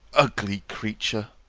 ugly creature!